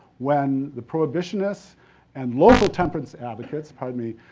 when the prohibitionists and local temperance advocates, pardon me,